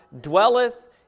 dwelleth